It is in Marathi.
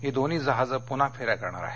ही दोन्ही जहाजं पुन्हा फेन्या करणार आहेत